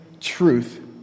truth